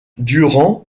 durant